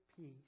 peace